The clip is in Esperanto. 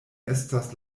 estas